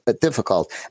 difficult